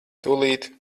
tūlīt